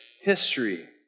history